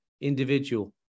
individual